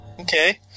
Okay